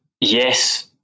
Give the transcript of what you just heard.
yes